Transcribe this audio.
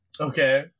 Okay